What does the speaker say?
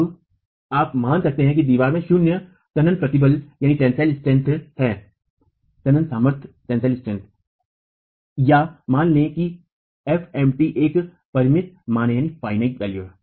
अब आप मान सकते हैं कि दीवार में शून्य तनन प्रतिबल है या मान लें कि f mt एक परिमित मान है